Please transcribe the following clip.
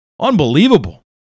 Unbelievable